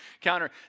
counter